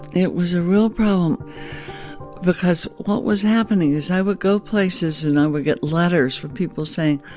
it was a real problem because what was happening is i would go places, and i would get letters from people saying,